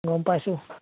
গম পাইছোঁ